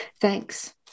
Thanks